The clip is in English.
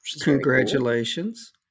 Congratulations